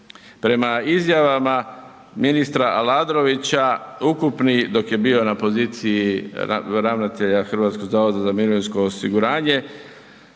Prema izjavama ministra Aladrovića ukupni, dok je bio na poziciji ravnatelja HZMO-a je bila izjava